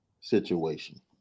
situation